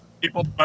people